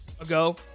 ago